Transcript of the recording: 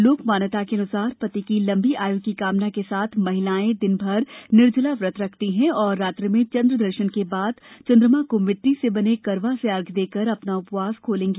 लोक मान्यता अनुसार पति की लंबी आयु की कामना के साथ महिलाएं दिनभर निर्जला व्रत रखती है और रात्रि में चन्द्रदर्शन के बाद चन्द्रमा को मिट्टी के बने करवा से अर्घ्य देकर वे अपना उपवास खोलेंगी